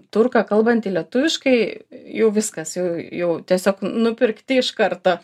turką kalbantį lietuviškai jau viskas jau jau tiesiog nupirkti iš karto